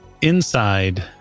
Inside